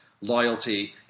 loyalty